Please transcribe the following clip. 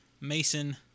Mason